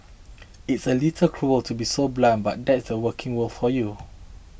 it's a little cruel to be so blunt but that's a working world for you